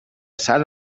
sant